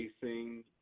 facing